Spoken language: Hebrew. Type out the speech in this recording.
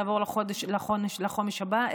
זה יעבור לחומש הבא,